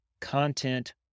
content